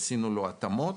עשינו לו התאמות.